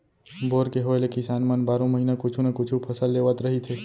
bore के होए ले किसान मन बारो महिना कुछु न कुछु फसल लेवत रहिथे